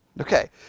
Okay